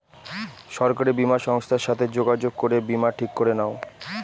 সরকারি বীমা সংস্থার সাথে যোগাযোগ করে বীমা ঠিক করে নাও